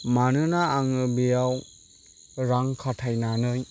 मानोना आङो बेयाव रां खाथायनानै